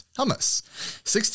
hummus